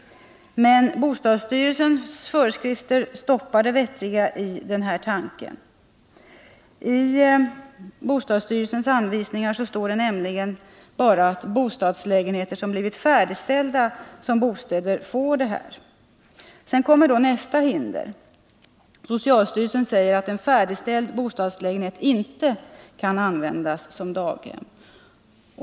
Men bostadsstyrelsens föreskrifter stoppar det vettiga i den här tanken. I bostadsstyrelsens anvisningar står det nämligen att bara bostadslägenheter som blivit färdigställda som bostäder får detta räntebidrag. Sedan kommer då nästa hinder. Socialstyrelsen säger att en färdigställd bostadslägenhet inte kan användas som daghem.